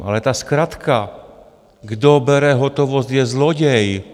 Ale ta zkratka kdo bere hotovost, je zloděj...